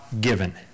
given